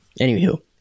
anywho